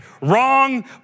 wrong